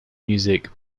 music